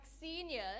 senior